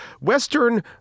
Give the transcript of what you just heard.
Western